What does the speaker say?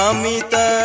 Amita